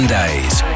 days